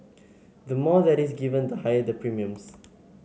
the more that is given the higher the premiums